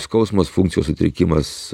skausmas funkcijos sutrikimas